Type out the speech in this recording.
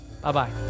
Bye-bye